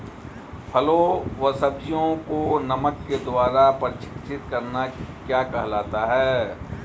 फलों व सब्जियों को नमक के द्वारा परीक्षित करना क्या कहलाता है?